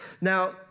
Now